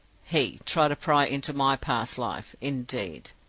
he try to pry into my past life, indeed!